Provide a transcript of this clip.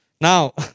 Now